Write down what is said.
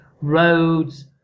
roads